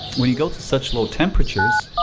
when you go to such low temperatures,